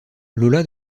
lola